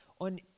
On